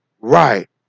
right